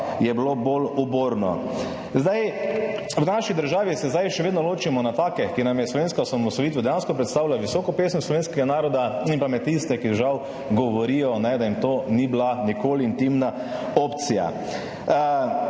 je bilo bolj uborno. V naši državi se zdaj še vedno ločimo na take, ki nam slovenska osamosvojitev dejansko predstavlja visoko pesem slovenskega naroda, in pa na tiste, ki žal govorijo, da jim to ni bila nikoli intimna opcija.